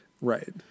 Right